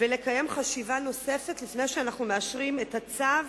ולקיים חשיבה נוספת לפני שאנחנו מאשרים את הצו